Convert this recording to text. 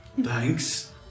Thanks